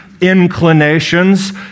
inclinations